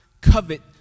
covet